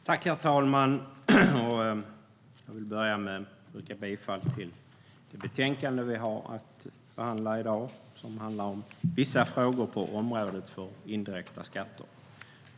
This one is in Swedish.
Herr talman! Jag yrkar bifall till förslaget i det betänkande vi har att behandla i dag, Vissa frågor på området för indirekta skatter .